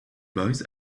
boys